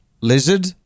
lizard